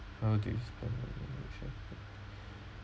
nowadays